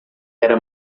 era